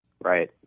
Right